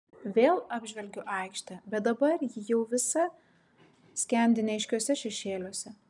vėl apžvelgiu aikštę bet dabar ji jau visa skendi neaiškiuose šešėliuose